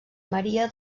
maria